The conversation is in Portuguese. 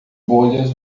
bolhas